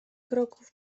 kroków